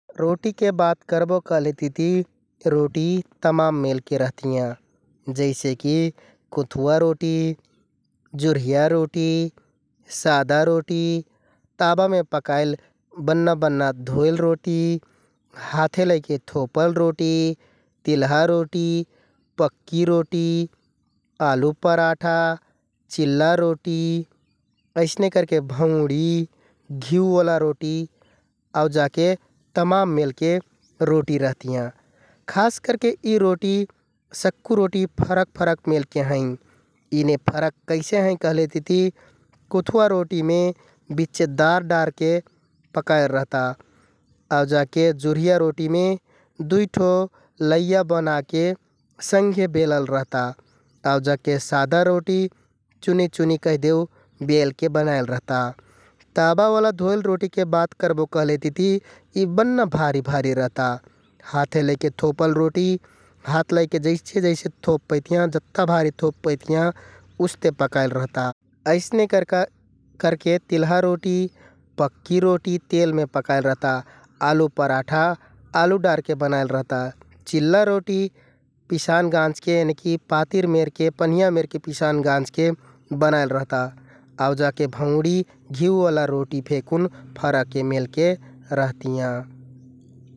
रोटिके बात करबो कहलेतिति रोटि तमाम मेलके रहतियाँ । जइसेकि कुँथ्वा रोटि, जुर्हिया रोटि, सादा रोटि, ताबामे पकाइल बन्‍ना बन्‍ना धोइल रोटि, हाथे लैके थोपल रोटि, तिल्हा रोटि, पक्कि रोटि, आलु पराठा, चिल्ला रोटि अइसने करके भौंडि, घिउओला रोटि आउ जाके तमाम मेलके रोटि रहतियाँ । खास करके यि रोटि, सक्कु रोटि फरक फरक मेलके हैं । यिने फरक कैसे हैं कहलेतिति कुँथ्वा रोटिमे बिच्चे दार डारके पकाइल रहता । आउ जाके जुर्हिया रोटिमे दुइ ठो लैया बनाके संघे बेलल रहता आउ जाके सादा रोटि चुनि चुनि कैहदेउ बेलके बनाइल रहता । ताबाओला धोइल रोटिके बात करबो कहलेतिति यि बन्‍ना भारि भारि रहता । साथे लैके थोपल रोटि हाथ लैके जैसे जैसे थोप पैतियाँ, जत्ता भारि थोप पैतियाँ उस्ते पकाइल रहता । अइने करके तिल्हा रोटि, पक्कि रोटि तेलमे पकाइल रहता । आलु पराठा आलु डारके बनाइल रहता । चिल्ला रोटि पिसान गाँजके यनिकि पातिर मेरके, पनहिंयाँ मेरके पिसान गाँजके बनाइल रहता आउ जाके भौंडी, घ्युओला रोटि फेकुन फरके मेलके रहतियाँ।